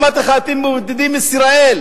אמרתי לך: אתם מבודדים את ישראל,